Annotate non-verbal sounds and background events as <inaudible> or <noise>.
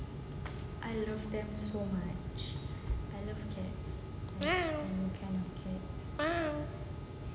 <noise> <noise>